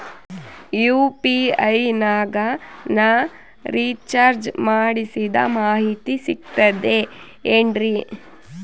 UPI ನಾಗ ನಾ recharge ಮಾಡಿಸಿದ ಮಾಹಿತಿ ಸಿಕ್ತದೆ ಏನ್ರಿ?